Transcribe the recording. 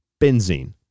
Benzene